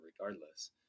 regardless